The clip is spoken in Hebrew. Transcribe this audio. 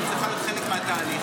צריכה להיות חלק מהתהליך,